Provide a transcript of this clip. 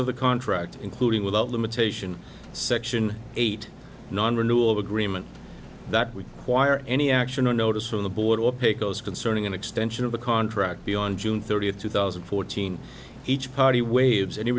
of the contract including without limitation section eight non renewal of agreement that we wire any action or notice from the board or paco's concerning an extension of the contract beyond june thirtieth two thousand fourteen each party waives any